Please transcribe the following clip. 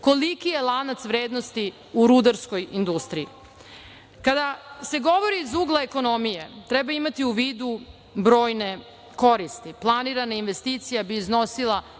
koliki je lanac vrednosti u rudarskoj industriji. Kada se govori iz ugla ekonomije treba imati u vidu brojne koristi, planirane investicije bi iznosila